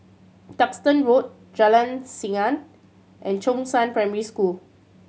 Duxton Road Jalan Senang and Chongzheng Primary School